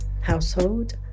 household